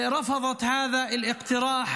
בני ובנות החברה הערבית שלנו,